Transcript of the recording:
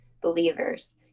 believers